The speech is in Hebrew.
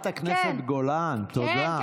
חברת הכנסת גולן, תודה.